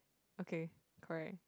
okay correct